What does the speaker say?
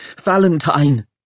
Valentine